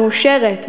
מאושרת,